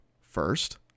First